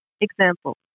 Example